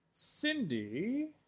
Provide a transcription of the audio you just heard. Cindy